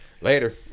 Later